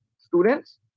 students